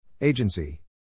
Agency